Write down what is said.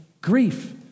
grief